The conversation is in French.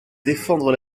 défendre